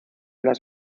las